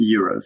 euros